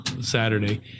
Saturday